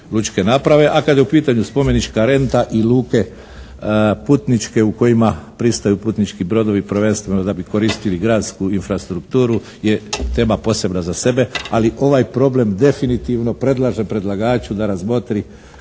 a kad je u pitanju spomenička renta i luke putničke u kojima pristaju putnički brodovi prvenstveno da bi koristili gradsku infrastrukutu je tema posebna za sebe, ali ovaj problem definitivno predlaže predlagaču da razmotri